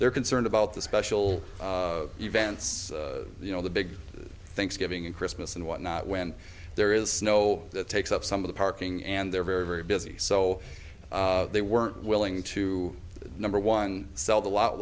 they're concerned about the special events you know the big thanksgiving and christmas and whatnot when there is snow that takes up some of the parking and they're very very busy so they were willing to number one sell the lot